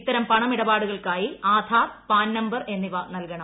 ഇത്തരം പണമിടപാടുകൾക്കായി Aadhaar PAN number എന്നിവ നൽകണം